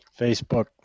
Facebook